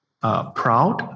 Proud